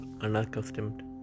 unaccustomed